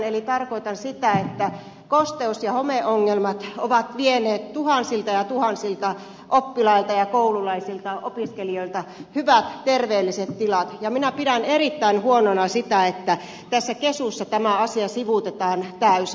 eli tarkoitan sitä että kosteus ja homeongelmat ovat vieneet tuhansilta ja tuhansilta oppilailta ja koululaisilta opiskelijoilta hyvät terveelliset tilat ja minä pidän erittäin huonona sitä että tässä kesussa tämä asia sivuutetaan täysin